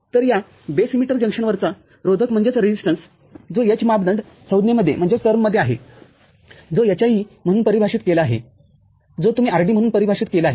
तर या base emitter जंक्शनवरचा रोधक जो h मापदंडसंज्ञेमध्येआहेजो hie म्हणून परिभाषित केला आहेजो तुम्ही rd म्हणून परिभाषित केला आहे